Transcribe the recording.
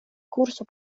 kurso